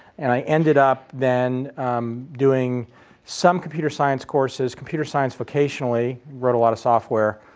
and i ended up then doing some computer science courses, computer science vocationally, wrote a lot of software.